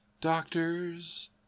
Doctors